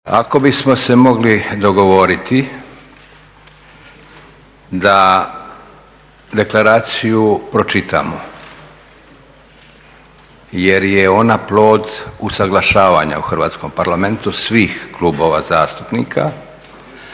Ako bismo se mogli dogovoriti, da deklaraciju pročitamo jer je ona plod usaglašavanja u Hrvatskom parlamentu svih klubova zastupnika.